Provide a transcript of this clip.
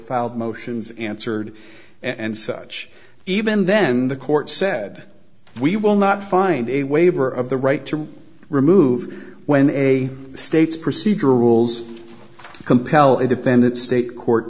filed motions answered and such even then the court said we will not find a waiver of the right to remove when a state's procedural rules compel a defendant state court